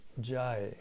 Jai